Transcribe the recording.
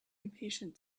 impatient